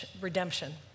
redemption